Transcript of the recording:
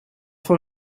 voor